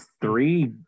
three